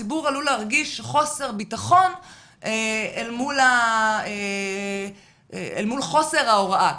הוא עלול להרגיש חוסר ביטחון אל מול חוסר ההוראה.